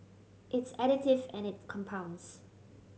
it's additive and it compounds